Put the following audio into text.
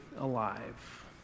alive